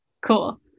Cool